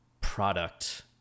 product